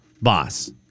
boss